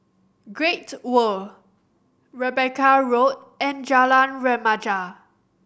Great World Rebecca Road and Jalan Remaja